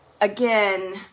again